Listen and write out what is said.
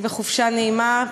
חופשה נעימה,